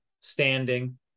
standing